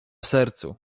sercu